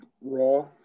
Raw